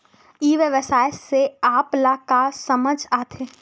ई व्यवसाय से आप ल का समझ आथे?